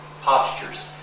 postures